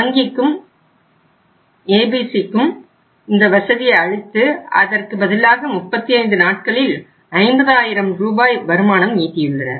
வங்கிக்கும் ABCக்கு இந்த வசதியை அளித்து அதற்கு பதிலாக 35 நாட்களில் 50 ஆயிரம் ரூபாய் வருமானம் ஈட்டியுள்ளனர்